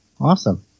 Awesome